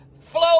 flow